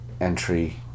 entry